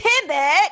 Pivot